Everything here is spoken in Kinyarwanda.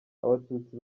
abatutsi